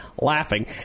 laughing